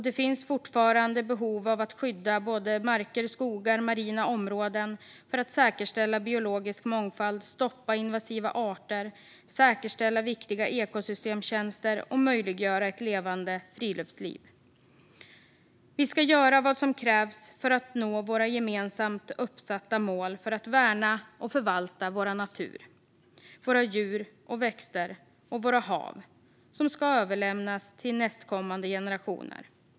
Det finns fortfarande behov av att skydda marker, skogar och marina områden för att säkerställa biologisk mångfald, stoppa invasiva arter, säkerställa viktiga ekosystemtjänster och möjliggöra ett levande friluftsliv. Vi ska göra vad som krävs för att nå våra gemensamt uppsatta mål för att värna och förvalta vår natur, våra djur och växter och våra hav som ska överlämnas till nästkommande generationer.